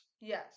Yes